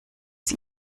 sie